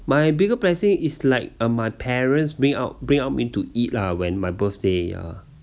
my bigger blessing is like uh my parents bring out bring out went to eat lah when my birthday ah